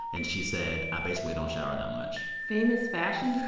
and she said i basically don't shower that much famous fashion